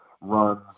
runs